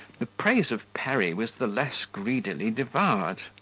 the praise of perry was the less greedily devoured.